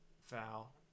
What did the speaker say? Foul